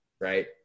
right